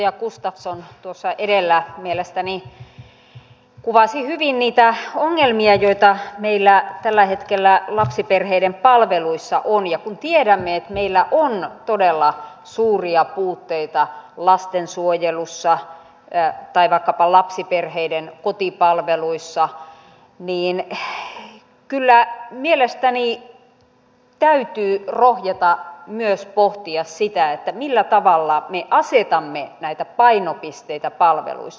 edustaja gustafsson tuossa edellä mielestäni kuvasi hyvin niitä ongelmia joita meillä tällä hetkellä lapsiperheiden palveluissa on ja kun tiedämme että meillä on todella suuria puutteita lastensuojelussa tai vaikkapa lapsiperheiden kotipalveluissa niin kyllä mielestäni täytyy rohjeta myös pohtia sitä millä tavalla me asetamme näitä painopisteitä palveluissa